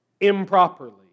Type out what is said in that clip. improperly